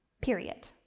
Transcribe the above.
Period